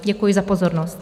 Děkuji za pozornost.